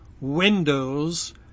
windows